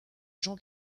jean